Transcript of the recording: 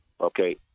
Okay